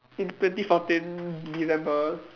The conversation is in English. in twenty fourteen December